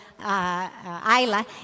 Isla